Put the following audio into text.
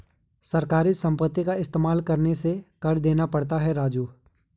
सरकारी संपत्ति का इस्तेमाल करने से कर देना पड़ता है राजू